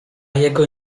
jego